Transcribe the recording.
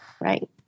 Right